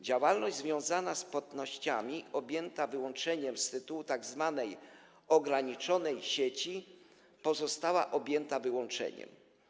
Działalność związana z płatnościami, objęta wyłączeniem z tytułu tzw. ograniczonej sieci, pozostała objęta wyłączeniem.